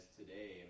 today